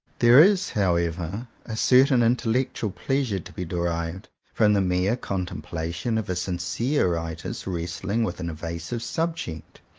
there is however a certain intellectual pleasure to be derived from the mere contemplation of a sincere writer's wrestling with an evasive subject,